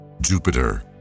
Jupiter